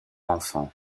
enfant